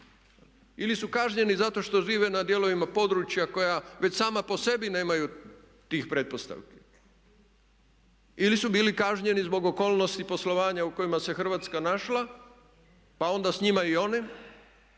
Ili su kažnjeni zato što žive na dijelovima područja koja već sama po sebi nemaju tih pretpostavki. Ili su bili kažnjeni zbog okolnosti poslovanja u kojem se Hrvatska našla, pa onda s njima i oni